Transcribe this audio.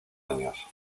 años